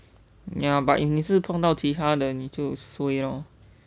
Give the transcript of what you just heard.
ya but if 你是碰到其他的你就 suay lor